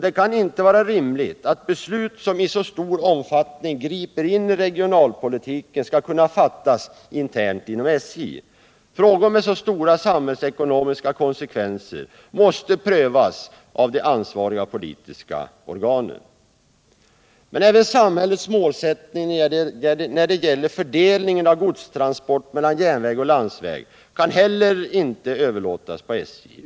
Det kan inte vara rimligt att beslut som i så stor omfattning griper in i regionalpolitiken skall kunna fattas internt inom SJ. Frågor med så stora samhällsekonomiska konsekvenser måste prövas av de ansvariga politiska organen. Men inte heller samhällets målsättning när det gäller fördelningen av godstransporter mellan järnväg och landsväg kan överlåtas åt SJ.